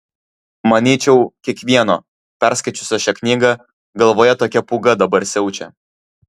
manyčiau kiekvieno perskaičiusio šią knygą galvoje tokia pūga dabar siaučia